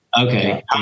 Okay